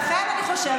נא להקשיב